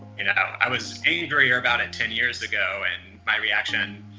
you know, i was angrier about it ten years ago, and my reaction,